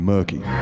Murky